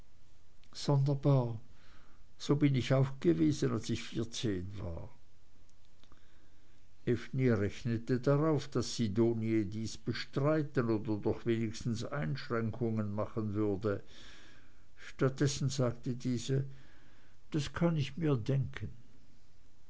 sonderbar so bin ich auch gewesen als ich vierzehn war effi rechnete darauf daß sidonie dies bestreiten oder doch wenigstens einschränkungen machen würde statt dessen sagte diese das kann ich mir denken